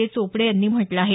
ए चोपडे यांनी म्हटलं आहे